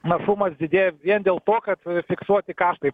našumas didėja vien dėl to kad fiksuoti karštai